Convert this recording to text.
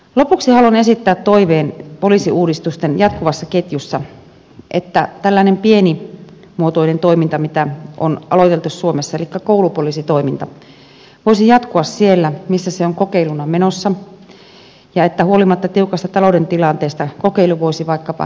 lopuksi haluan esittää toiveen poliisiuudistusten jatkuvassa ketjussa että tällainen pienimuotoinen toiminta mitä on aloiteltu suomessa voisi jatkua elikkä koulupoliisitoiminta voisi jatkua siellä missä se on kokeiluna menossa ja että huolimatta tiukasta talouden tilanteesta kokeilu voisi vaikkapa hivenen laajentua